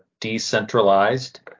decentralized